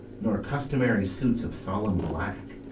nor customary suits of solemn black,